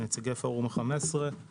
נציגי פורום ה-15,